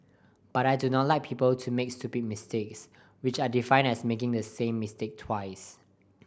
but I do not like people to make stupid mistakes which I define as making the same mistake twice